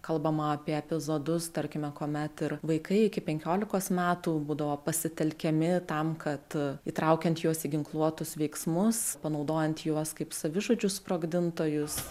kalbama apie epizodus tarkime kuomet ir vaikai iki penkiolikos metų būdavo pasitelkiami tam kad įtraukiant juos į ginkluotus veiksmus panaudojant juos kaip savižudžius sprogdintojus